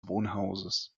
wohnhauses